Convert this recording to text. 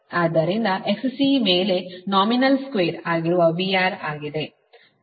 ಆದ್ದರಿಂದ XC ಮೇಲೆ nominal ಸ್ಕ್ವೇರ್ಆಗಿರುವ VR ಆಗಿದೆ